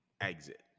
exit